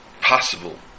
possible